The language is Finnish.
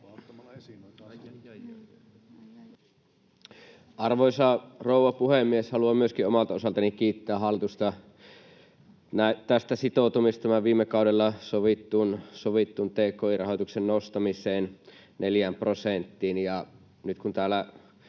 Arvoisa rouva puhemies! Haluan myöskin omalta osaltani kiittää hallitusta sitoutumisesta tähän viime kaudella sovittuun tki-rahoituksen nostamiseen neljään prosenttiin. Nyt kun täällä